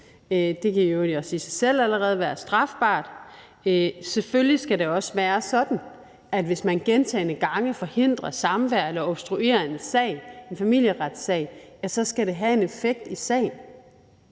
også i sig selv allerede være strafbart. Selvfølgelig skal det også være sådan, at hvis man gentagne gange forhindrer samvær eller obstruerer en familieretssag, så skal det have en effekt i sagen.